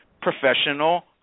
professional